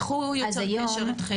איך הוא יוצר קשר אתכם?